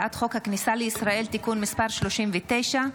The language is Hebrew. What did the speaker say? הצעת חוק הכניסה לישראל (תיקון מס' 39),